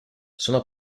sono